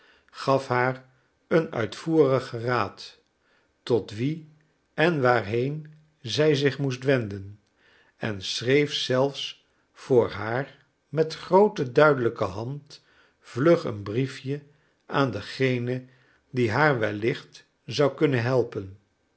gaf haar een uitvoerigen raad tot wien en waarheen zij zich moest wenden en schreef zelfs voor haar met groote duidelijke hand vlug een briefje aan dengene die haar wellicht zou kunnen helpen